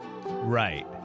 right